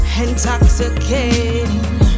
intoxicating